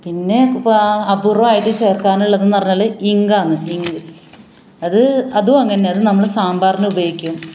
പിന്നെ ഇപ്പോൾ അപൂര്വമായിട്ട് ചേർക്കാനുള്ളത് എന്ന് പറഞ്ഞാൽ ഇങ്കാണ് ഇങ്ക് അത് അതും അങ്ങനെയാണ് അത് നമ്മൾ സാമ്പാറിന് ഉപയോഗിക്കും